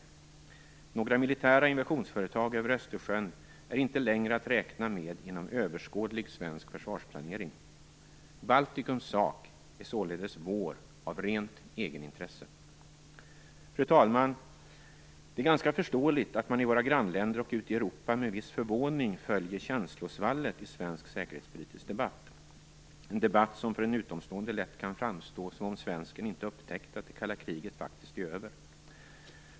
Några militära invasionsföretag över Östersjön är inte längre att räkna med inom överskådlig svensk försvarsplanering. Baltikums sak är således vår av rent egenintresse. Fru talman! Det är ganska förståeligt att man i våra grannländer och ute i Europa med viss förvåning följer känslosvallet i svensk säkerhetspolitisk debatt, en debatt som för en utomstående lätt kan framstå som om svensken inte upptäckt att det kalla kriget faktiskt är över.